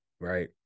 right